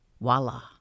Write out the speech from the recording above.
voila